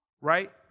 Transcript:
right